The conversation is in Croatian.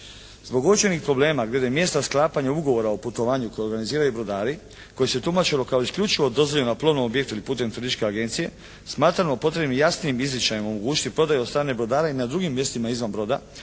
Zbog uočenih problema glede mjesta sklapanja ugovora o putovanju koje organiziraju brodari koje se tumačilo kao isključivo dozvoljena plovna …/Govornik se ne razumije./… putem turističke agencije, smatramo potrebnim i jasnim izričajem omogućiti prodaju od strane brodara i na drugim mjestima izvan broda,